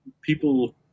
people